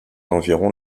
environ